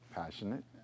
passionate